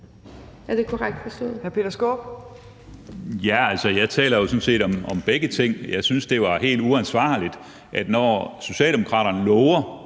Skaarup (DF): Ja, altså, jeg taler jo sådan set om begge ting. Jeg synes, det var helt uansvarligt. Når Socialdemokraterne lover